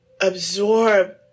absorb